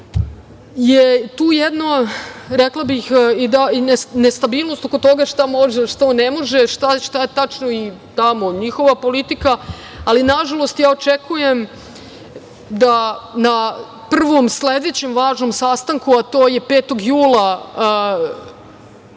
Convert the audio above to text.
je tu, rekla bih i dalje nestabilnost oko toga šta može, šta ne može, šta je tačno i tamo njihova politika, ali nažalost, ja očekujem da na prvom sledećem važnom sastanku, a to je 5. jula